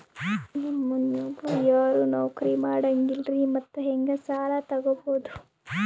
ನಮ್ ಮನ್ಯಾಗ ಯಾರೂ ನೌಕ್ರಿ ಮಾಡಂಗಿಲ್ಲ್ರಿ ಮತ್ತೆಹೆಂಗ ಸಾಲಾ ತೊಗೊಬೌದು?